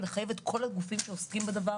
ולחייב את כל הגופים שעוסקים בדבר